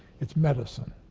it's medicine.